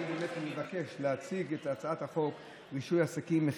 אני באמת מבקש להציג את הצעת החוק רישוי עסקים (תיקון,